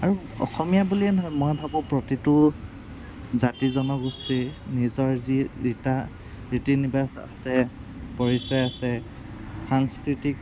আৰু অসমীয়া বুলিয়ে নহয় মই ভাবোঁ প্ৰতিটো জাতি জনগোষ্ঠীৰ নিজৰ যি ৰীতা ৰীতি ৰিবাস আছে পৰিচয় আছে সাংস্কৃতিক